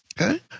Okay